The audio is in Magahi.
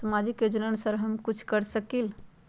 सामाजिक योजनानुसार हम कुछ कर सकील?